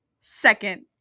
Second